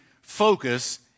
focus